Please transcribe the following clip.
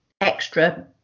extra